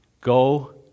Go